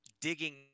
digging